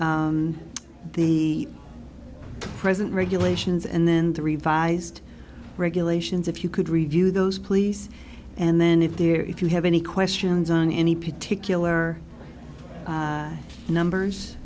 the the present regulations and then the revised regulations if you could review those police and then if there if you have any questions on any particular numbers